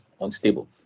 unstable